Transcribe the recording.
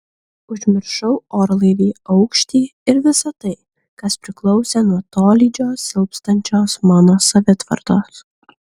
užmiršau orlaivį aukštį ir visa tai kas priklausė nuo tolydžio silpstančios mano savitvardos